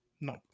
No